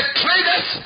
traders